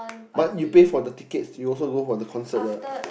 but you pay for the tickets you also go for the concert lah